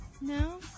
No